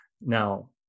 Now